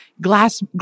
glass